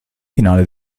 finale